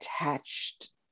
attached